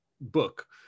book